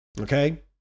okay